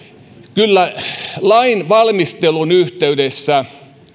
kyllä lain valmistelun yhteydessä